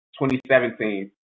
2017